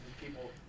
people